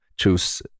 choose